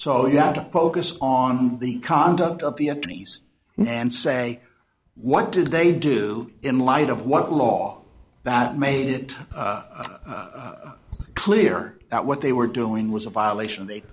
so you have to focus on the conduct of the attorneys and say what did they do in light of what law that made it clear that what they were doing was a violation they